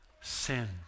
sin